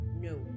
No